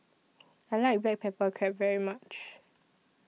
I like Black Pepper Crab very much